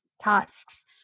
tasks